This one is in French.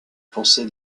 pensée